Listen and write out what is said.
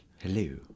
hello